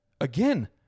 Again